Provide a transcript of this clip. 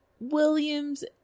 Williams